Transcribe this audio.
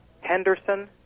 Henderson